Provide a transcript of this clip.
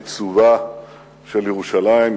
ייצובה של ירושלים.